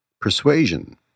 Persuasion